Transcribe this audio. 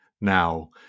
now